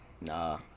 nah